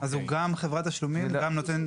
הוא גם חברת תשלומים, גם נותן אשראי,